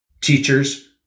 teachers